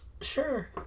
sure